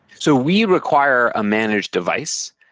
so we require a managed device,